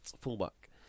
fullback